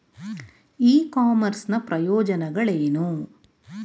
E commerce ನ ಪ್ರಯೋಜನಗಳೇನು?